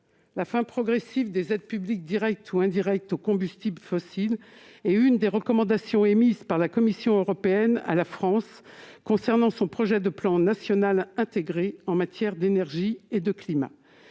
La fin progressive des aides publiques directes ou indirectes aux combustibles fossiles est l'une des recommandations émises par la Commission européenne à l'attention de la France concernant son projet de plan national intégré en matière d'énergie et de climat.